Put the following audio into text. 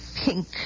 Pink